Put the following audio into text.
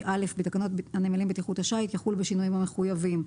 א' בתקנות הנמלים בטיחות השיט בשינויים המחויבים.